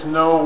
no